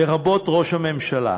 לרבות ראש הממשלה.